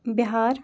Bihar